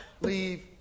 leave